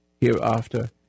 Hereafter